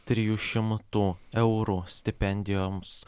trijų šimtų eurų stipendijoms